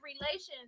relations